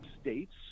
states